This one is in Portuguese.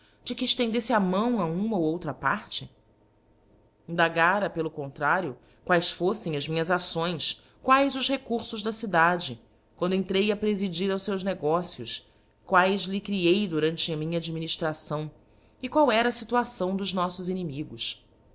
de que eftendeíte a mão a uma ou outra parte indagara pelo contrario quaes foítem as minhas acções quaes os recurfos da cidade quando entrei a prefídir aos feus negócios quaes lhe creei durante a minha adminiftração e qual era a gtuação dos noffos inimigos